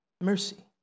mercy